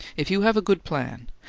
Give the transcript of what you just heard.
if you have a good plan,